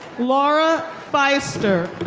laura pfister.